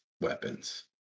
weapons